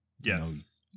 Yes